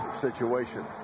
situation